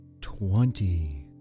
twenty